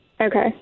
okay